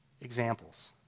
examples